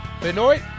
benoit